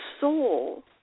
soul